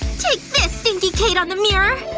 take this, stinky kate on the mirror!